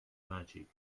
magic